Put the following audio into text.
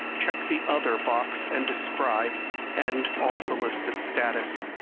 check the other box and describe and also list its status.